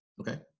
Okay